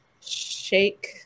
shake